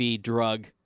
drug